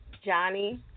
Johnny